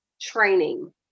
training